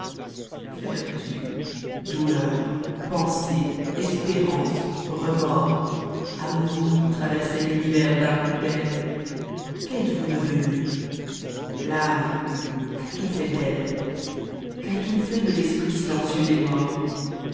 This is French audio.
vertu douleur pensée espérance remords amour qui traversais l'univers d'un coup d'aile qu'êtes-vous devenas l'âme qu'a-t-on fait d'eue qu'a-t-on fait de l'esprit silencieux des morts